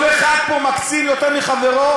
כל אחד פה מקצין יותר מחברו,